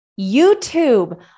YouTube